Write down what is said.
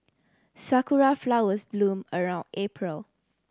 sakura flowers bloom around April